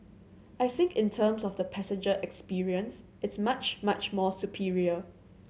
I think in terms of the passenger experience it's much much more superior